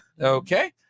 Okay